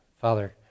Father